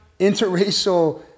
interracial